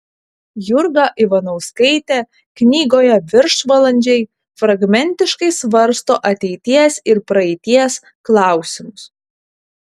jurga ivanauskaitė knygoje viršvalandžiai fragmentiškai svarsto ateities ir praeities klausimus